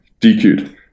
DQ'd